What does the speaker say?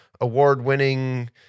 award-winning